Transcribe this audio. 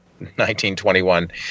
1921